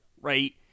Right